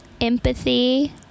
Empathy